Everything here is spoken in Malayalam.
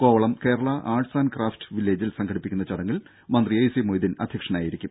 Kovalam Kerala arts and craft വില്ലേജിൽ സംഘടിപ്പിക്കുന്ന ചടങ്ങിൽ മന്ത്രി എ സി മൊയ്തീൻ അധ്യക്ഷനായിരിക്കും